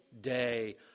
day